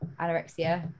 anorexia